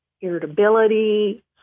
irritability